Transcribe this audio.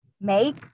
make